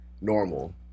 normal